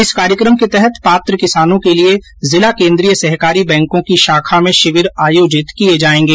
इस कार्यकम के तहत पात्र किसानों के लिये जिला केन्द्रीय सहकारी बैंकों की शाखा में शिविर आयोजित किये जायें गे